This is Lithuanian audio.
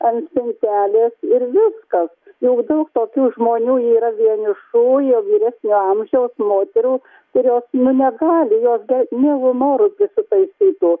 ant spintelės ir viskas juk daug tokių žmonių yra vienišų jau vyresnio amžiaus moterų kurios nu negali jos mielu noru prisitaisytų